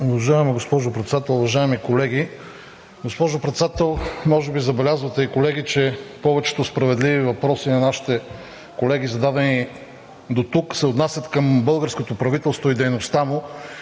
Уважаема госпожо Председател, уважаеми колеги! Госпожо Председател и колеги, може би забелязвате, че повечето справедливи въпроси на нашите колеги, зададени дотук, се отнасят към българското правителство и дейността му